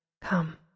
come